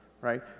right